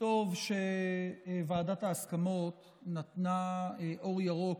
טוב שוועדת ההסכמות נתנה אור ירוק